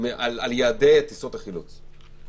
לגבי זהות יעדי טיסות החילוץ?